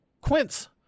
quince